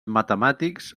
matemàtics